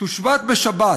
תושבת בשבת,